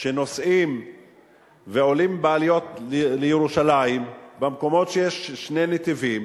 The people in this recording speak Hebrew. שנוסעים ועולים בעליות לירושלים במקומות שיש שני נתיבים